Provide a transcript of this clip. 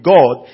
God